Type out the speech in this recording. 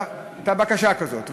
הייתה בקשה כזאת.